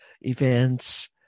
events